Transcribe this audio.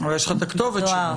יש לך את הכתובת שלו.